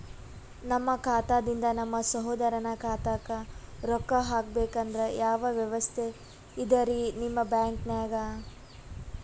ನಮ್ಮ ಖಾತಾದಿಂದ ನಮ್ಮ ಸಹೋದರನ ಖಾತಾಕ್ಕಾ ರೊಕ್ಕಾ ಹಾಕ್ಬೇಕಂದ್ರ ಯಾವ ವ್ಯವಸ್ಥೆ ಇದರೀ ನಿಮ್ಮ ಬ್ಯಾಂಕ್ನಾಗ?